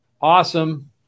awesome